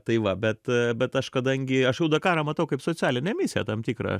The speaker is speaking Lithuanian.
tai va bet bet aš kadangi aš jau dakarą matau kaip socialinę misiją tam tikrą